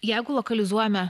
jeigu lokalizuojame